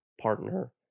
partner